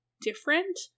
different